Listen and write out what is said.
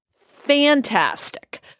fantastic